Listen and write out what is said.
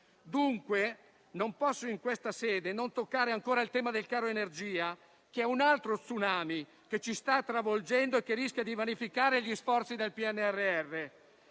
pianeta. Non posso in questa sede non toccare ancora il tema del caro energia, un altro tsunami che ci sta travolgendo e che rischia di vanificare gli sforzi del PNRR.